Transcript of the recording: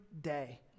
day